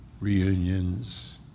Reunions